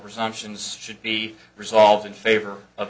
presumptions should be resolved in favor of